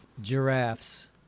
Giraffes